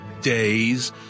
days